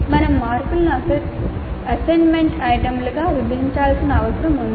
మేము మార్కులను అసెస్మెంట్ ఐటెమ్లుగా విభజించాల్సిన అవసరం ఉంది